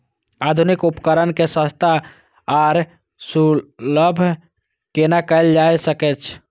आधुनिक उपकण के सस्ता आर सर्वसुलभ केना कैयल जाए सकेछ?